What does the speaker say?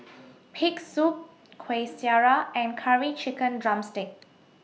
Pig'S Soup Kuih Syara and Curry Chicken Drumstick